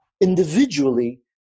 individually